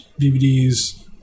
DVDs